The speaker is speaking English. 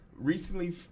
recently